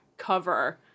Cover